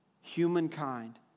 humankind